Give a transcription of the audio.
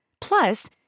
Plus